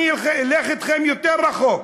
אלך אתכם יותר רחוק.